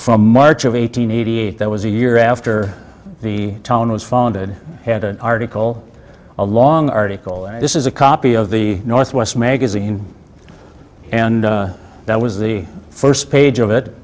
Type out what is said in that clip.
from march of eight hundred eighty eight that was a year after the tone was founded had an article a long article and this is a copy of the northwest magazine and that was the first page of it